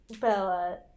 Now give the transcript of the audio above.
Bella